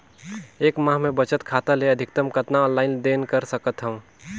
एक महीना मे बचत खाता ले अधिकतम कतना ऑनलाइन लेन देन कर सकत हव?